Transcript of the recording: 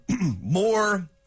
More